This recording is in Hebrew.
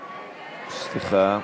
סליחה.